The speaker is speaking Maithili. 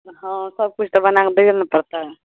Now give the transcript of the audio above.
हँ सब किछु तऽ बना कऽ दैये लए ने परतै